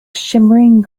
shimmering